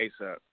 ASAP